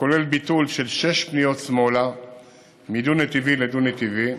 וכולל ביטול של שש פניות שמאלה מדו-נתיבי לדו-נתיבי,